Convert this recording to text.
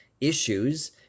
issues